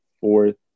fourth